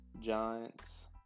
Giants